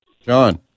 John